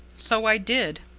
so i did.